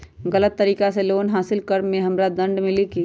गलत तरीका से लोन हासिल कर्म मे हमरा दंड मिली कि?